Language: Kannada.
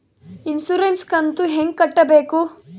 ಇನ್ಸುರೆನ್ಸ್ ಕಂತು ಹೆಂಗ ಕಟ್ಟಬೇಕು?